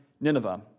Nineveh